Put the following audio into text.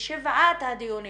בשבעת הדיונים